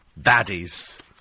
baddies